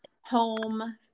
home